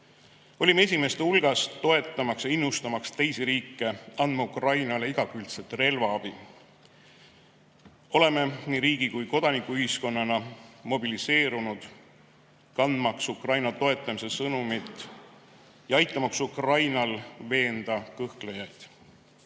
Olime esimeste hulgas, et toetada ja innustada teisi riike andma Ukrainale igakülgset relvaabi. Oleme nii riigi kui kodanikuühiskonnana mobiliseerunud, kandmaks Ukraina toetamise sõnumit ja aitamaks Ukrainal veenda kõhklejaid. Tulles